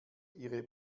ihre